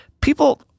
People